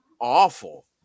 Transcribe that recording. awful